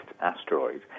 asteroid